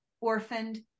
orphaned